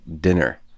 dinner